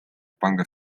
panga